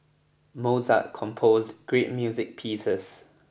Mozart composed great music pieces